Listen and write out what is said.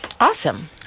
awesome